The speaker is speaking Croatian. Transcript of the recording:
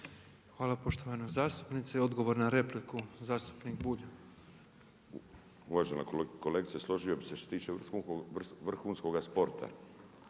Hvala poštovana zastupnice. Odgovor na repliku zastupnik Bulj. **Bulj, Miro (MOST)** Uvažena kolegice, složio bih se što se tiče vrhunskoga sporta